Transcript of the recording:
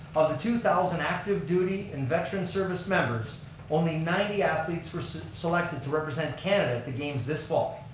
of the two thousand active duty and veteran service members only ninety athletes were selected to represent canada at the games this fall.